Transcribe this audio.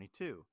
22